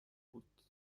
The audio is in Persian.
بود